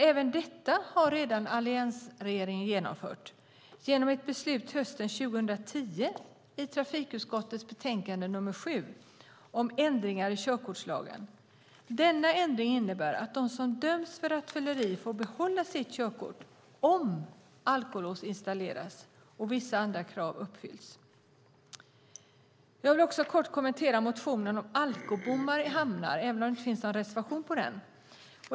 Även detta har alliansregeringen redan genomfört genom ett beslut hösten 2010 gällande trafikutskottets betänkande nr 7 om ändringar i körkortslagen. Denna ändring innebär att de som döms för rattfylleri får behålla sitt körkort om alkolås installeras och vissa andra krav uppfylls. Jag vill också kort kommentera motionen om alkobommar i hamnar, även om det inte finns någon reservation om det.